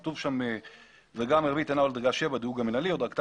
כתוב שם וגם 'הדרגה המרבית אינה עולה על דרגה 7 בדירוג המנהלי או דרגתה